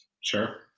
Sure